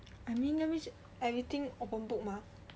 I mean that is everything open book mah